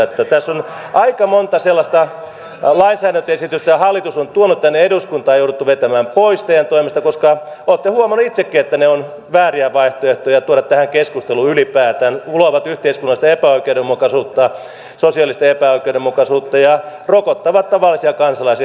tässä on aika monta sellaista lainsäädäntöesitystä jotka hallitus on tuonut tänne eduskuntaan ja jotka on jouduttu vetämään pois teidän toimestanne koska olette huomanneet itsekin että ne ovat vääriä vaihtoehtoja tuoda tähän keskusteluun ylipäätään luovat yhteiskunnallista epäoikeudenmukaisuutta sosiaalista epäoikeudenmukaisuutta ja rokottavat tavallisia kansalaisia